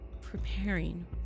preparing